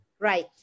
right